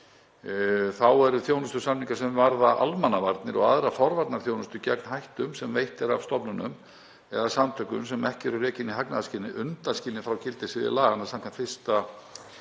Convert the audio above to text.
Þá eru þjónustusamningar sem varða almannavarnir og aðra forvarnaþjónustu gegn hættum sem veitt er af stofnunum eða samtökum sem ekki eru rekin í hagnaðarskyni undanskilin frá gildissviði laganna samkvæmt l-lið